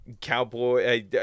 Cowboy